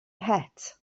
het